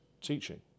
teaching